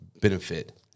benefit